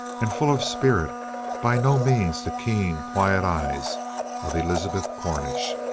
and full of spirit by no means the keen, quiet eyes of elizabeth cornish.